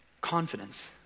confidence